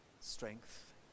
strength